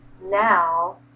now